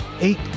eight